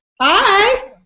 Hi